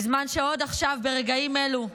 בזמן שעוד עכשיו, ברגעים אלו,